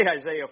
Isaiah